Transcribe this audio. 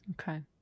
Okay